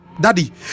daddy